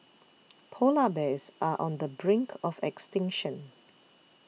Polar Bears are on the brink of extinction